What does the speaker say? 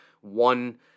one